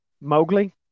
Mowgli